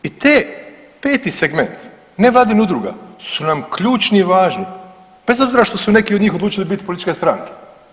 I te peti segment, nevladinih udruga su nam ključni i važni bez obzira što su neki od njih odlučili biti političke stranke.